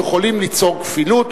יכולים ליצור כפילות.